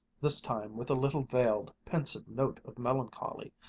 this time with a little veiled, pensive note of melancholy,